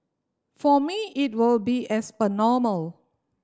for me it will be as per normal